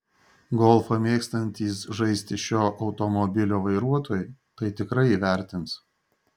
golfą mėgstantys žaisti šio automobilio vairuotojai tai tikrai įvertins